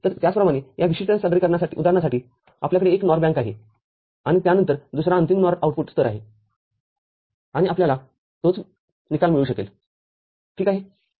तर त्याचप्रमाणे या विशिष्ट उदाहरणासाठीआपल्याकडे एक NOR बँक आहे आणि आणि त्यानंतर दुसरा अंतिम NOR आउटपुट स्तर आहे आणि आपल्याला तोच निकाल मिळू शकेल ठीक आहे